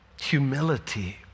Humility